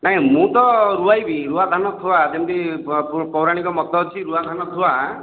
ନାଇଁ ମୁଁ ତ ରୁଆଇବି ରୁଆଁ ଧାନ ଯେମତିକି ପୌରାଣିକ ମତ ଅଛି ରୁଆ ଧାନ ଥୁଆ